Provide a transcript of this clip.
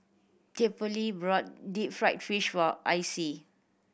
Theophile brought deep fried fish for Icie